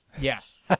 Yes